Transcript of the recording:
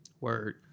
word